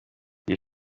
iyi